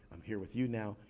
i'm here with you now.